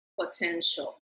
potential